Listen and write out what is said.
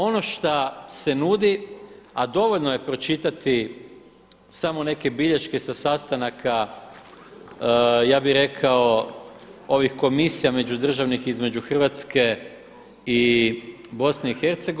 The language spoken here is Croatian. Ono šta se nudi, a dovoljno je pročitati samo neke bilješke sa sastanaka ja bih rekao ovih komisija međudržavnih između Hrvatske i BiH.